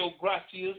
gracias